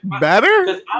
better